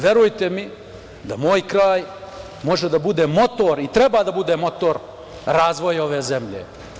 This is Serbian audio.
Verujte mi da moj kraj može da bude motor i treba da bude motor razvoja ove zemlje.